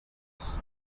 panels